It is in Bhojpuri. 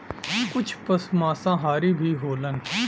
कुछ पसु मांसाहारी भी होलन